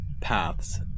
paths